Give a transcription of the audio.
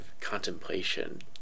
contemplation